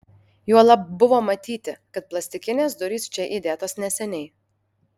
juolab buvo matyti kad plastikinės durys čia įdėtos neseniai